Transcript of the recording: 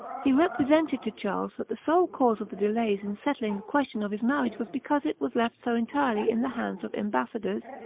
he represented to charles that the sole cause of the delays in settling the question of his marriage was because it was left so entirely in the hands of embassadors,